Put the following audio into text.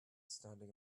standing